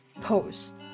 post